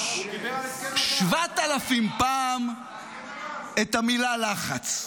------- 7,000 פעם את המילה "לחץ".